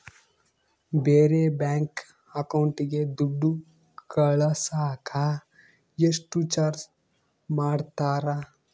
ಬೇರೆ ಬ್ಯಾಂಕ್ ಅಕೌಂಟಿಗೆ ದುಡ್ಡು ಕಳಸಾಕ ಎಷ್ಟು ಚಾರ್ಜ್ ಮಾಡತಾರ?